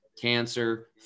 cancer